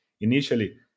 Initially